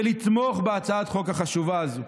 ולתמוך בהצעת החוק החשובה הזו.